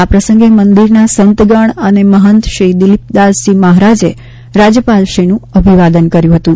આ પ્રસંગે મંદિરના સંતગણ અને મહંત શ્રી દિલીપદાસજી મહારાજે રાજ્યપાલશ્રીનું અભિવાદન કર્યું હતું